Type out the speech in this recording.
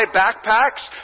backpacks